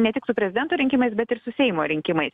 ne tik su prezidento rinkimais bet ir su seimo rinkimais